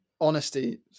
honesty